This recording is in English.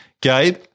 Gabe